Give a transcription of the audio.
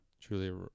Truly